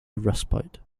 respite